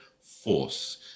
force